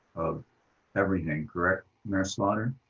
of everything, correct, mayor slaughter?